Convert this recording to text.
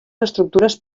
estructures